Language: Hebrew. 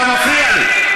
אתה מפריע לי.